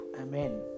Amen